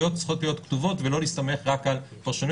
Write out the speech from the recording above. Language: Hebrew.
זכויות צריכות להיות כתובות ולא להסתמך רק על פרשנויות,